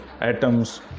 atoms